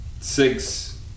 six